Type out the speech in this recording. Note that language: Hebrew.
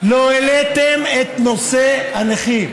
לא העליתם את נושא הנכים,